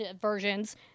versions